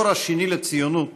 הדור השני לציונות,